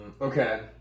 Okay